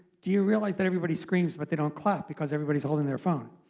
do you realize that everybody screams, but they don't clap because everybody's holding their phone?